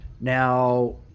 Now –